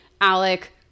Alec